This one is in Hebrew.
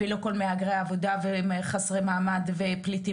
ולא כל מהגרי העבודה וחסרי מעמד ופליטים